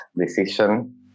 decision